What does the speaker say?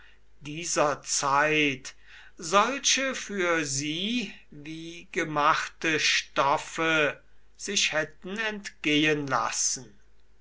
dieser zeit solche für sie wie gemachte stoffe sich hätten entgehen lassen